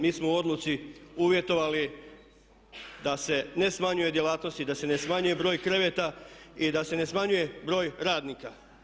Mi smo u odluci uvjetovali da se ne smanjuje djelatnost i da se ne smanjuje broj kreveta i da se ne smanjuje broj radnika.